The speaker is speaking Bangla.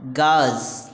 গাছ